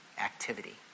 activity